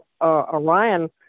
orion